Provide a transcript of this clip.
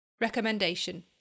Recommendation